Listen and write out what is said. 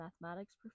mathematics